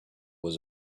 was